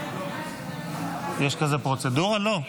יש פרוצדורה כזאת?